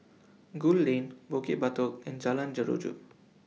Gul Lane Bukit Batok and Jalan Jeruju